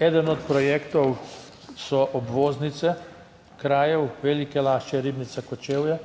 Eden od projektov so obvoznice krajev Velike Lašče, Ribnica, Kočevje.